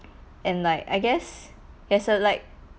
and like I guess there's a like